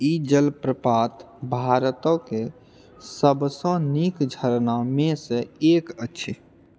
ई जलप्रपात भारतक सबसँ नीक झरनामेसँ एक अछि